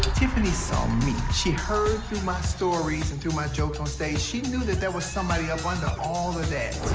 tiffany saw me. she heard through my stories and through my jokes on stage she knew that there was somebody up under all of that.